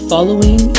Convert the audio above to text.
following